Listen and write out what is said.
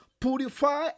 purify